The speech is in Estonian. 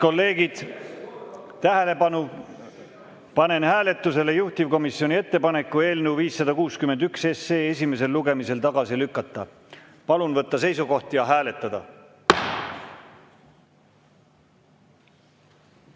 kolleegid, tähelepanu! Panen hääletusele juhtivkomisjoni ettepaneku eelnõu 561 esimesel lugemisel tagasi lükata. Palun võtta seisukoht ja hääletada!